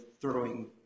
throwing